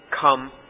come